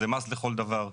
זה מס לכל דבר.